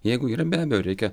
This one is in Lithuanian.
jeigu yra be abejo reikia